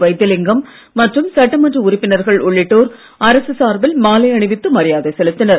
வைத்திலிங்கம் மற்றும் சட்டமன்ற உறுப்பினர்கள் உள்ளிட்டோர் அரசு சார்பில் மாலை அணிவித்து மரியாதை செலுத்தினர்